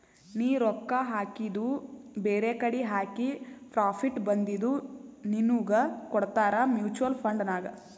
ನೀ ರೊಕ್ಕಾ ಹಾಕಿದು ಬೇರೆಕಡಿ ಹಾಕಿ ಪ್ರಾಫಿಟ್ ಬಂದಿದು ನಿನ್ನುಗ್ ಕೊಡ್ತಾರ ಮೂಚುವಲ್ ಫಂಡ್ ನಾಗ್